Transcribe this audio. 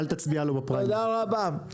תודה רבה.